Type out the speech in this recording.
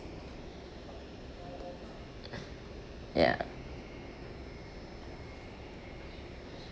ya